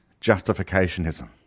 justificationism